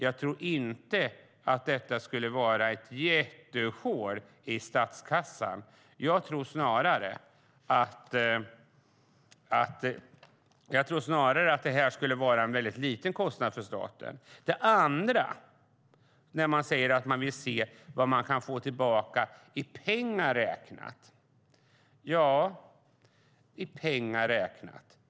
Jag tror inte att det skulle göra ett jättehål i statskassan. Snarare tror jag att det vore en liten kostnad för staten. Man säger att man vill se vad man kan få tillbaka i pengar räknat.